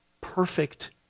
perfect